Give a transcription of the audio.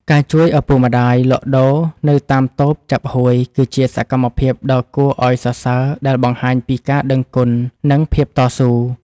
ការជួយឪពុកម្តាយលក់ដូរនៅតាមតូបចាប់ហួយគឺជាសកម្មភាពដ៏គួរឱ្យសរសើរដែលបង្ហាញពីការដឹងគុណនិងភាពតស៊ូ។